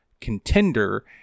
contender